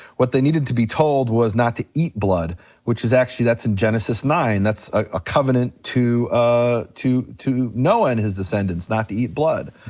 what they needed to be told was not to eat blood which is actually, that's in genesis nine, that's a covenant to ah to noah and his descendants not to eat blood.